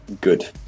Good